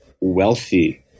wealthy